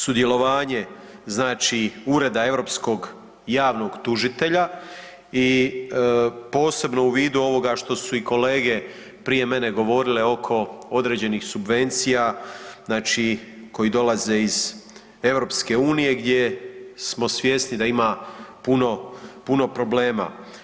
Sudjelovanje znači Ureda europskog javnog tužitelja i posebno u vidu ovoga što su i kolege prije mene govorile oko određenih subvencija, znači koji dolaze iz Europske unije gdje smo svjesni da ima puno problema.